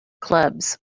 clubs